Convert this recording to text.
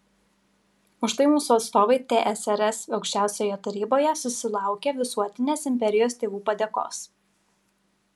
už tai mūsų atstovai tsrs aukščiausiojoje taryboje susilaukė visuotinės imperijos tėvų padėkos